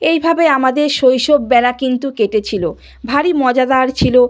এই ভাবে আমাদের শৈশব বেলা কিন্তু কেটেছিল ভারি মজাদার ছিল